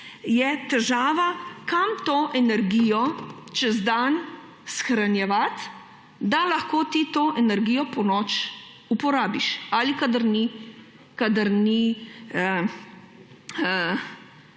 je težava, kam to energijo čez dan shranjevati, da lahko ti to energijo ponoči uporabiš ali kadar ni